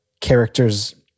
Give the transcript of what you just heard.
characters